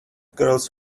girls